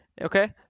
Okay